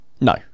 no